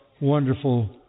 wonderful